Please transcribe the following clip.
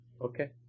Okay